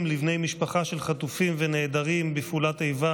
לבני משפחה של חטופים ונעדרים בפעולת איבה,